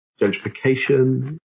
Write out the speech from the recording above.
gentrification